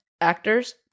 actors